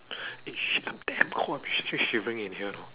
eh shit I'm damn cold !wah! keep shivering in here